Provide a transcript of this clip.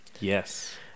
Yes